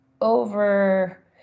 over